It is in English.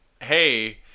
hey